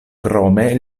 krome